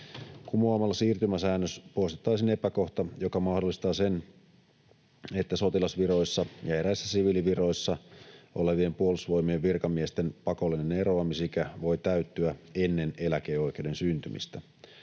Kumoamalla siirtymäsäännös poistettaisiin epäkohta, joka mahdollistaa sen, että sotilasviroissa ja eräissä siviiliviroissa olevien Puolustusvoimien virkamiesten pakollinen eroamisikä voi täyttyä ennen eläkeoikeuden syntymistä.